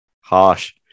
Harsh